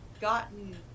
gotten